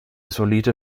solide